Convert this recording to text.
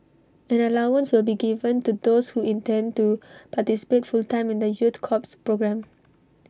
an allowance will be given to those who intend to participate full time in the youth corps programme